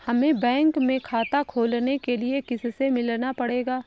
हमे बैंक में खाता खोलने के लिए किससे मिलना पड़ेगा?